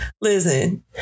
Listen